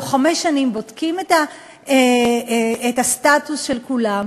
בתוך חמש שנים בודקים את הסטטוס של כולם,